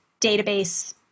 database